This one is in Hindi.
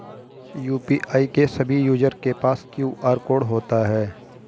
यू.पी.आई के सभी यूजर के पास क्यू.आर कोड होता है